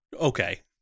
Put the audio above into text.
okay